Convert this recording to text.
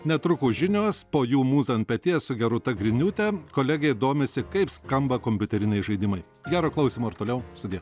netrukus žinios po jų mūza ant peties su gerūta griniūte kolegė domisi kaip skamba kompiuteriniai žaidimai gero klausymo ir toliau sudie